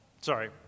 Sorry